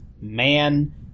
man